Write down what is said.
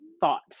thoughts